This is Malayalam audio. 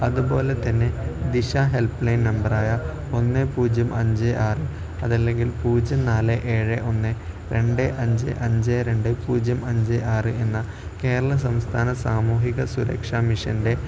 അതുപോലെത്തന്നെ ദിശ ഹെൽപ്ലൈൻ നമ്പറായ ഒന്ന് പൂജ്യം അഞ്ച് ആറ് അതല്ലെങ്കിൽ പൂജ്യം നാല് ഏഴ് ഒന്ന് രണ്ട് അഞ്ച് അഞ്ച് രണ്ട് പൂജ്യം അഞ്ച് ആറ് എന്ന കേരള സംസ്ഥാന സാമൂഹിക സുരക്ഷാ മിഷൻ്റെ